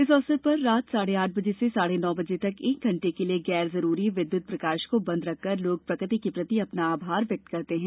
इस अवसर पर रात साढ़े आठ से साढ़े नौ बजे तक एक घंटे के लिये गैर जरूरी विद्युत प्रकाश को बंद रख कर लोग प्रकृति के प्रति अपना आभार व्यक्त करते हैं